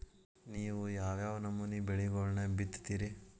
ನೇವು ಯಾವ್ ಯಾವ್ ನಮೂನಿ ಬೆಳಿಗೊಳನ್ನ ಬಿತ್ತತಿರಿ?